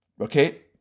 okay